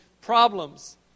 problems